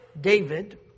David